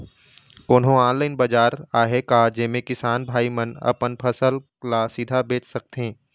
कोन्हो ऑनलाइन बाजार आहे का जेमे किसान भाई मन अपन फसल ला सीधा बेच सकथें?